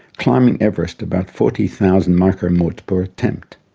climbing everest about forty thousand micromorts per attempt.